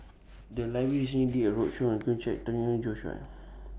The Library recently did A roadshow on Khoo Cheng Tiong and Joi Chua